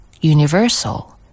universal